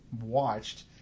watched